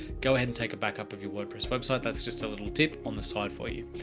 go ahead and take a backup of your wordpress website. that's just a little tip on the side for you.